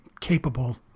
capable